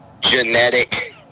genetic